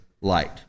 light